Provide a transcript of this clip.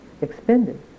expended